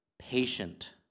patient